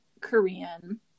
Korean